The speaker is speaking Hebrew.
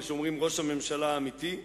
יש אומרים ראש הממשלה האמיתי,